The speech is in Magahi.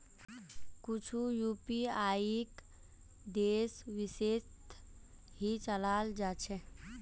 कुछु यूपीआईक देश विशेषत ही चलाल जा छे